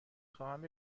خواهم